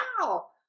wow